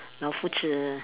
老夫子